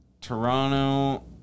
Toronto